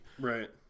Right